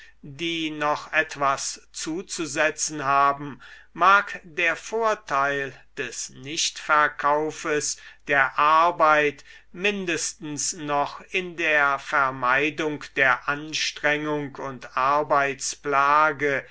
die noch etwas zuzusetzen haben mag der vorteil des nichtverkaufes der arbeit mindestens noch in der vermeidung der anstrengung und arbeitsplage